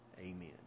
amen